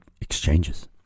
exchanges